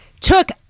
took